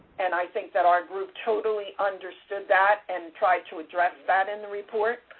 and i think that our group totally understood that and tried to address that in the report.